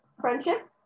friendship